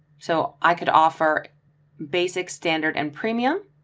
so i could offer basic, standard and premium.